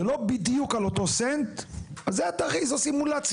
זה לא בדיוק על אותו סנט, זה התרחיש, זו סימולציה.